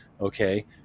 okay